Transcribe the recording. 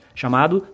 chamado